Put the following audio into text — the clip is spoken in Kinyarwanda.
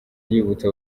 yibutsa